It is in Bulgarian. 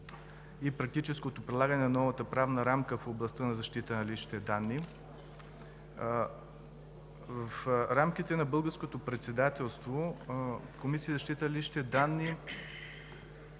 и практическото прилагане на новата правна рамка в областта на защитата на личните данни. В рамките на Българското председателство Комисията за защита на личните данни